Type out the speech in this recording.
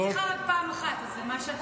אני צריכה רק פעם אחת, אז מה שאתם תגידו.